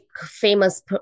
famous